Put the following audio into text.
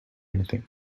anything